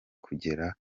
kugera